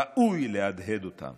ראוי להדהד אותם